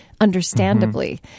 understandably